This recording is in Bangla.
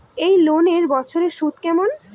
এই লোনের বছরে সুদ কেমন?